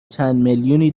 چندمیلیونی